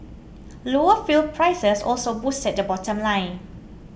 lower fuel prices also boosted the bottom line